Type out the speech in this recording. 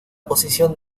posición